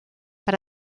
per